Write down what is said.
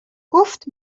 گفت